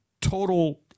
total